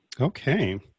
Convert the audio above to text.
Okay